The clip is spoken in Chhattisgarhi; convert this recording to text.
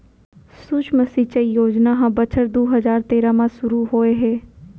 सुक्ष्म सिंचई योजना ह बछर दू हजार तेरा म सुरू होए हे